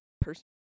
person